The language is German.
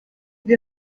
wir